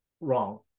wrong